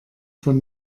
von